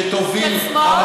שתוביל, בשמאל?